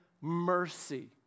mercy